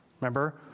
Remember